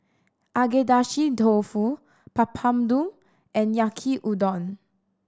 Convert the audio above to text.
Agedashi Dofu Papadum and Yaki Udon